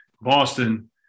Boston